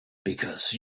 because